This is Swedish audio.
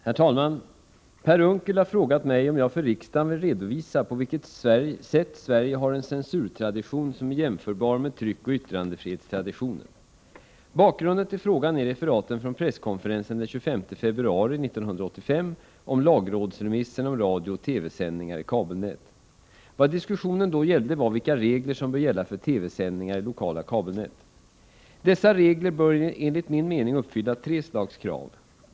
Herr talman! Per Unckel har frågat mig om jag för riksdagen vill redovisa på vilket sätt Sverige har en censurtradition som är jämförbar med tryckoch yttrandefrihetstraditionen. Bakgrunden till frågan är referaten från presskonferensen den 25 februari 1985 om lagrådsremissen om radiooch TV-sändningar i kabelnät. Vad diskussionen då gällde var vilka regler som bör gälla för TV-sändningar i lokala kabelnät. Dessa regler bör enligt min mening uppfylla tre slags krav.